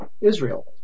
Israel